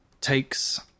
takes